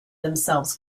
themselves